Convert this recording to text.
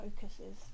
focuses